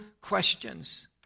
questions